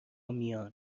میان